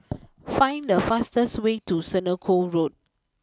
find the fastest way to Senoko Road